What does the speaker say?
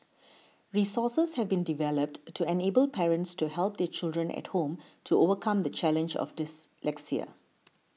resources have been developed to enable parents to help their children at home to overcome the challenge of dyslexia